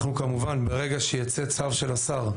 אנחנו כמובן, ברגע שיצא צו של השר,